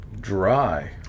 Dry